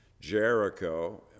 Jericho